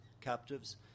Captives